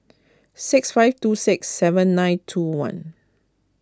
six five two six seven nine two one